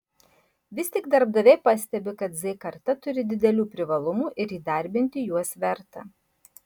vis tik darbdaviai pastebi kad z karta turi didelių privalumų ir įdarbinti juos verta